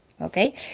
Okay